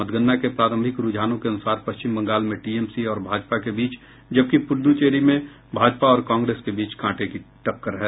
मतगणना के प्रारंभिक रूझानों के अनुसार पश्चिम बंगाल में टीएमसी और भाजपा के बीच जबकि पुद्दुचेरी में भाजपा और कांग्रेस के बीच कांटे की टक्कर है